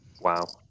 Wow